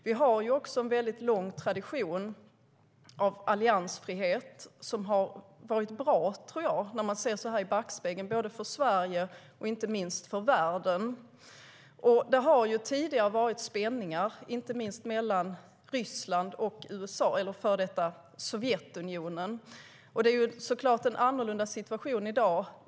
Vi har en lång tradition av alliansfrihet, som när man ser i backspegeln har varit bra både för Sverige och inte minst för världen. Det har tidigare varit spänningar, inte minst mellan Sovjetunionen och USA, och det är såklart en annorlunda situation i dag.